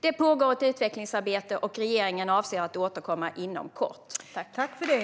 Det pågår ett utvecklingsarbete, och regeringen avser att återkomma inom kort.